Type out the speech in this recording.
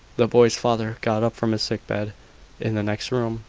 the boy's father got up from his sick bed in the next room,